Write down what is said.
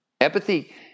Empathy